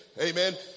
Amen